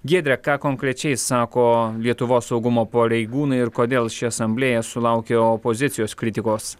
giedre ką konkrečiai sako lietuvos saugumo pareigūnai ir kodėl ši asamblėja sulaukė opozicijos kritikos